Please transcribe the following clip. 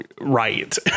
Right